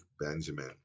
Benjamin